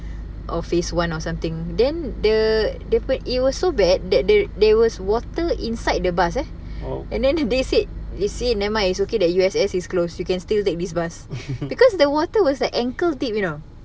or phase one or something then the dia punya it was so bad that they there was water inside the bus leh and then they said they say nevermind it's okay that U_S_S is close you can still take this bus because the water was like ankle deep you know